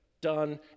done